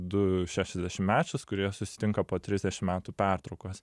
du šešiasdešimtmečius kurie susitinka po trisdešim metų pertraukos